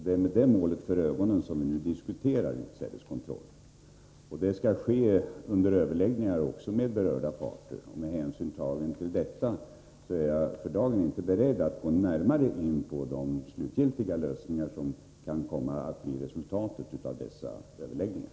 Det är med det målet för ögonen som vi nu diskuterar utsädeskontrollen. Det skall bli överläggningar också med berörda parter. Med hänsyn tagen till detta är jag för dagen inte beredd att gå närmare in på de slutgiltiga lösningar som kan komma att bli resultatet av dessa överläggningar.